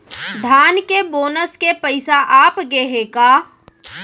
धान के बोनस के पइसा आप गे हे का?